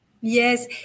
Yes